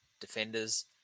defenders